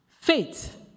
faith